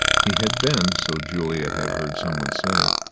he had been, so juliet had heard some one say,